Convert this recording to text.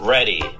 Ready